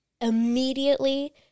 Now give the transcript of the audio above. immediately